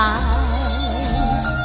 eyes